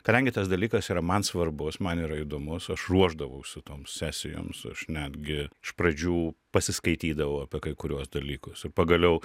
kadangi tas dalykas yra man svarbus man yra įdomus aš ruošdavausi toms sesijoms aš netgi iš pradžių pasiskaitydavau apie kai kuriuos dalykus ir pagaliau